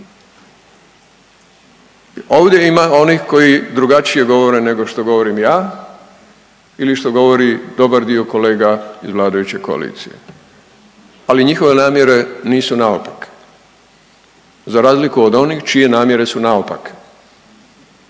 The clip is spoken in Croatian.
Ovdje ima onih koji drugačije govore nego što govorim ja ili što govori dobar dio kolega iz vladajuće koalicije, ali njihove namjere nisu naopake za razliku od onih čije namjere su naopake